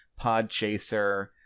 Podchaser